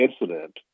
incident